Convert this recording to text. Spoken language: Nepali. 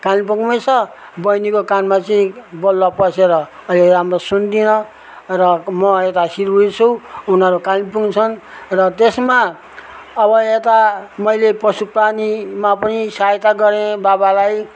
कालिम्पोङमै छ बहिनीको कानमा चाहिँ बलुवा पसेर अहिले राम्रो सुन्दिन र म यता सिलगुडी छु उनीहरू कालिम्पोङ छन् र त्यसमा अब यता मैले पशुप्राणीमा पनि सहायता गरेँ बाबालाई